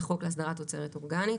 לחוק להסדרת תוצרת אורגנית,